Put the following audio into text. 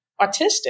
autistic